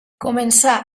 començà